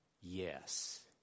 Yes